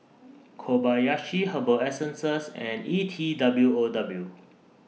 Kobayashi Herbal Essences and E T W O W